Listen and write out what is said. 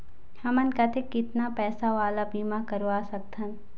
हमन कतेक कितना पैसा वाला बीमा करवा सकथन?